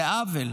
זה עוול.